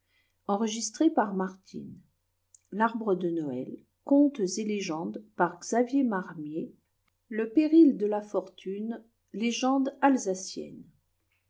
le péril de la fortune légende